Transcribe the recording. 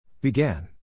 Began